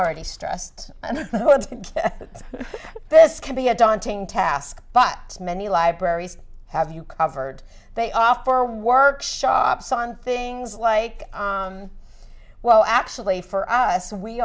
already stressed and this can be a daunting task but many libraries have you covered they offer workshops on things like well actually for us we